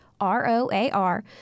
R-O-A-R